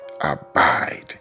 abide